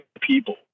people